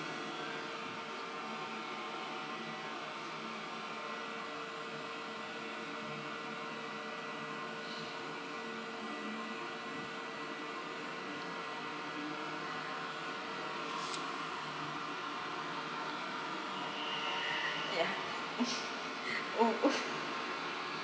ya oh